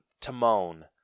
Timon